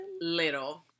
little